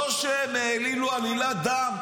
לא שהם העלילו עלילת דם,